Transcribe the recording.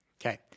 Okay